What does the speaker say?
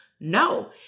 No